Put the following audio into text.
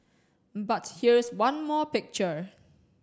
but here's one more picture